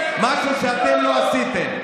משהו שאתם לא עשיתם.